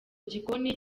gikoni